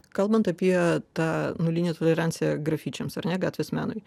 kalbant apie tą nulinę toleranciją grafičiams ar ne gatvės menui